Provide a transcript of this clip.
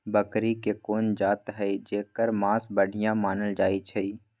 बकरी के कोन जात हई जेकर मास बढ़िया मानल जाई छई?